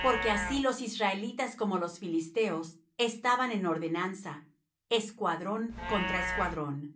porque así los israelitas como los filisteos estaban en ordenanza escuadrón contra escuadrón